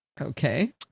Okay